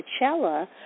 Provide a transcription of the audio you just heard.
Coachella